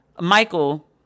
Michael